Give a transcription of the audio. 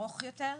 הארוך יותר.